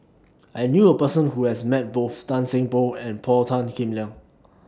I knew A Person Who has Met Both Tan Seng Poh and Paul Tan Kim Liang